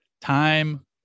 Time